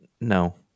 No